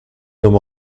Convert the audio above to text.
homme